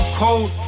cold